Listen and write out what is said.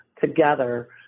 together